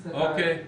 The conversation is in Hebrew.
בסדר.